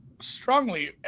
strongly